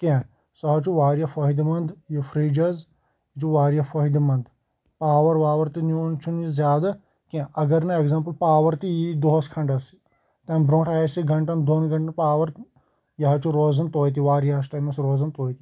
کینٛہہ سُہ حظ چھُ واریاہ فٲہِدٕ منٛد یہِ فِرٛج حظ یہِ چھُ واریاہ فٲہِدٕ منٛد پاور واور تہِ نِوان چھُنہٕ یہِ زیادٕ کینٛہہ اگر نہٕ اٮ۪کزامپٕل پاور تہِ یی دۄہس کھنٛڈس تمہِ برونٛٹھ آسہِ گنٛٹن دۄن گنٛٹن پاور یہِ حظ چھُ روزان توتہِ واریاہس ٹایمس روزان تویتہِ